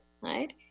right